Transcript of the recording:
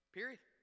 Period